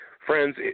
Friends